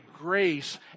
grace